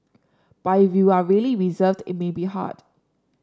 but if you are really reserved it may be hard